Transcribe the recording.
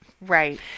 Right